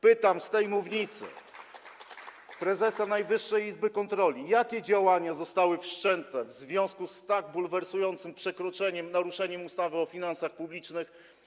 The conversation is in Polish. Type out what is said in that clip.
Pytam z tej mównicy prezesa Najwyższej Izby Kontroli: Jakie działania zostały wszczęte w związku z tak bulwersującym naruszeniem ustawy o finansach publicznych?